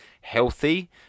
healthy